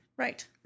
Right